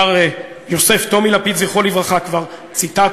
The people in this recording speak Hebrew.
מר יוסף טומי לפיד, זכרו לברכה, כבר ציטטנו.